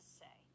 say